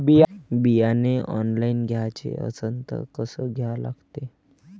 बियाने ऑनलाइन घ्याचे असन त कसं घ्या लागते?